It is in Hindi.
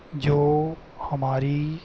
जो हमारी